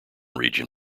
region